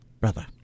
Brother